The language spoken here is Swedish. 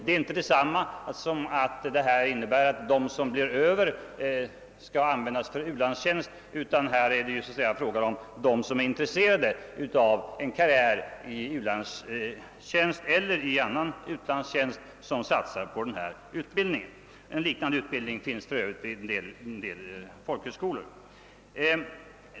Det innebär inte att de som blir över skall användas till u-landstjänst, utan det är de som är intresserade av en karriär i u-landstjänst eller i annan utlandstjänst som satsar på denna utbildning. En liknande utbildning finns för övrigt vid en del folkhögskolor.